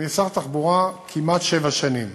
אני שר התחבורה כמעט שבע שנים,